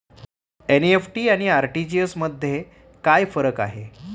NEFT आणि RTGS मध्ये काय फरक आहे?